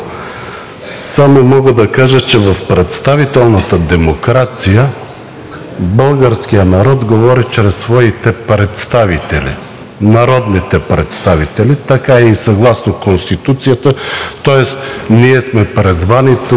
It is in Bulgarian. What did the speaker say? само мога да кажа, че в представителната демокрация българският народ говори чрез своите представители – народните представители. Така е и съгласно Конституцията, тоест ние сме призвани тук